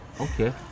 Okay